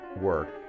work